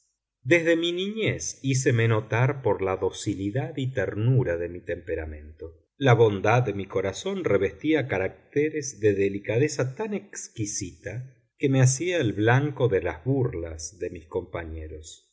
desde mi niñez híceme notar por la docilidad y ternura de mi temperamento la bondad de mi corazón revestía caracteres de delicadeza tan exquisita que me hacía el blanco de las burlas de mis compañeros